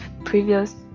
Previous